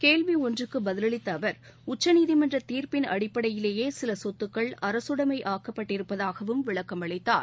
கேள்வி ஒன்றுக்கு பதிலளித்த அவர் உச்சநீதிமன்ற தீர்ப்பின் அடிப்படையிலேயே சில சொத்துக்கள் அரசுடமை ஆக்கப்பட்டிருப்பதாகவும் விளக்கமளித்தார்